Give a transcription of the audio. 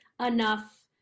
Enough